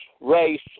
race